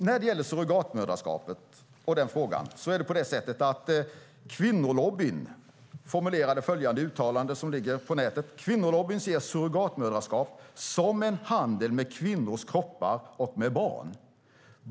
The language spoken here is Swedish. När det gäller frågan om surrogatmoderskap formulerade Kvinnolobbyn följande uttalande som ligger på nätet: Kvinnolobbyn ser surrogatmoderskap som en handel med kvinnors kroppar och med barn.